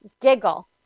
giggle